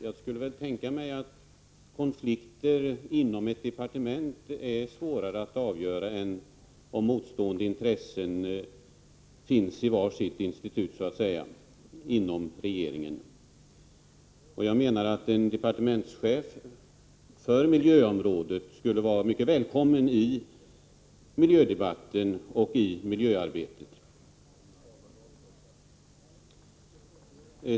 Jag skulle tänka mig att konflikter inom ett departement är svårare att avgöra än om motstående intressen finns så att säga i var sitt institut inom regeringen. Jag menar att en departementschef för miljöområdet skulle vara mycket välkommen i miljödebatten och i miljöarbetet.